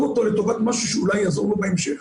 אותו לטובת משהו שאולי יעזור לו בהמשך.